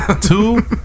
Two